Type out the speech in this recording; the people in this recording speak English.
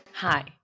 Hi